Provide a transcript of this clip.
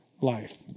life